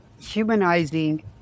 humanizing